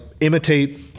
imitate